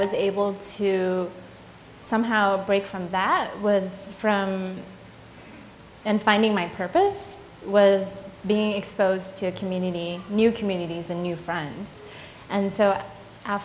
was able to somehow break from that was from and finding my purpose was being exposed to a community new communities and new friends and so